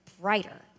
brighter